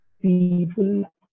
people